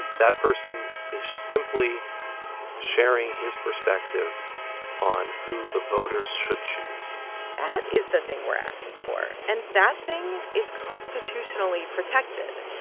that person is simply sharing his perspective on who the voters should choose that is the thing we're asking for. and that thing is constitutionally protected.